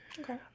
Okay